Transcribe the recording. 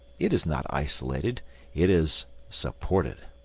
it is not isolated it is supported.